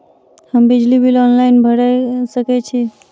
हम बिजली bill online भैर सकै छी?